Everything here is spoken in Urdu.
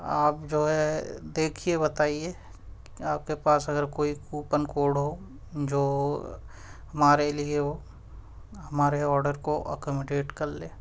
آپ جو ہے دیکھیے بتائیے آپ کے پاس اگر کوئی کوپن کوڈ ہو جو ہمارے لیے ہو ہمارے آرڈر کو اکومڈیٹ کر لے